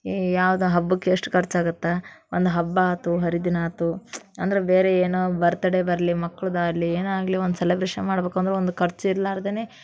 ಈ ಯಾವ್ದು ಹಬ್ಬಕ್ಕೆ ಎಷ್ಟು ಖರ್ಚಾಗುತ್ತೆ ಒಂದು ಹಬ್ಬ ಆಯ್ತು ಹರಿದಿನ ಆಯ್ತು ಅಂದ್ರೆ ಬೇರೆ ಏನು ಬರ್ತಡೆ ಬರಲಿ ಮಕ್ಕಳದ್ದಾಗ್ಲಿ ಏನೇ ಆಗಲಿ ಒಂದು ಸೆಲೆಬ್ರೇಶನ್ ಮಾಡಬೇಕಂದ್ರು ಒಂದು ಖರ್ಚು ಇರಲಾರ್ದೇನೆ